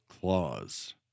claws